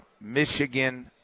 Michigan